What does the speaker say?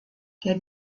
der